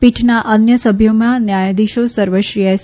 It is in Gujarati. પીઠના અન્ય સભ્યોમાં ન્યાયાધીશો સર્વશ્રી એસ